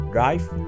Drive